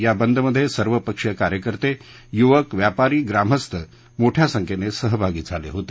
या बद मध्ये सर्वपक्षीय कार्यकर्ते युवक व्यापारी ग्रामस्थ मोठ्या संख्येने सहभागी झाले होते